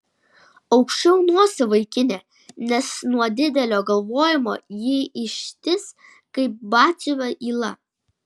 aukščiau nosį vaikine nes nuo didelio galvojimo ji ištįs kaip batsiuvio yla